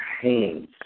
hands